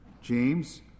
James